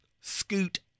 scoot